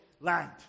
land